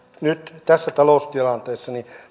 nyt tässä taloustilanteessa